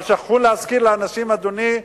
אבל שכחו להזכיר לאנשים, אדוני,